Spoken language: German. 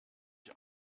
ich